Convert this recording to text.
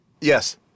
Yes